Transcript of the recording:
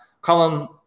column